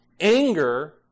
anger